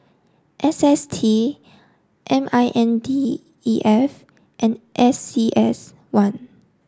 S S T M I N D E F and A C S one